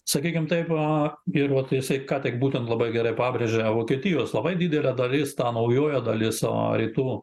sakykim taip a ir vat jisai ką tik būtent labai gerai pabrėžė vokietijos labai didelė dalis tą naujoja dalis a rytų